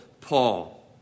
Paul